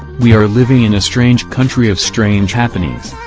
we are living in a strange country of strange happenings.